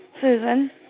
Susan